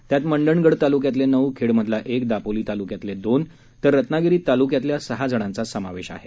त्यात मंडणगड तालुक्यातले नऊ खेडमधला एक दापोली तालुक्यातले दोन तर रत्नागिरी तालुक्यातल्या सहा जणांचा समावेश आहे